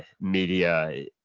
media